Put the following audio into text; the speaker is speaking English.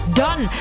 done